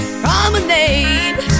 promenade